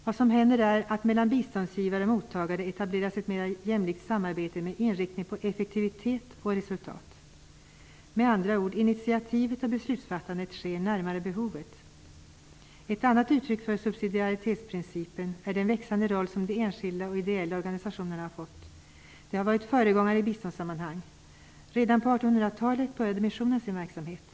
Vad som händer är att det mellan biståndsgivare och mottagare etableras ett mera jämställt samarbete med inriktning på effektivitet och resultat. Med andra ord: Initiativet och beslutsfattandet sker närmare behovet. Ett annat uttryck för subsidiaritetsprincipen är den växande roll som de enskilda och ideella organisationerna har fått. De har varit föregångare i biståndssammanhang -- redan på 1800-talet började missionen sin verksamhet.